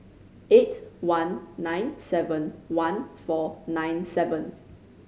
eight one nine seven one four nine seven